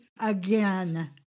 again